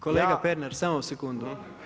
Kolega Pernar samo sekundu.